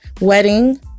wedding